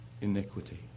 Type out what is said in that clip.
iniquity